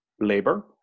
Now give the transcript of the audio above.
labor